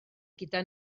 gyda